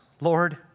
Lord